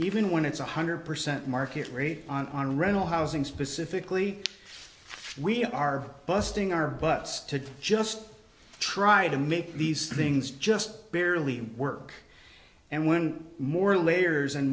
when it's one hundred percent market rate on rental housing specifically we are busting our butts to just try to make these things just barely work and when more layers and